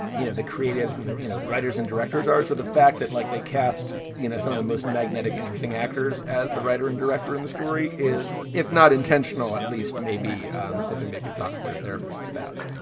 you know, the creatives and their, you know, the writers and directors are. so the fact that, like, they cast, you know, some of the most magnetic interesting actors as the writer and director in the story is, if not intentional, at least maybe um something they could talk to their therapists about.